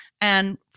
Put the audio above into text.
And-